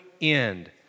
end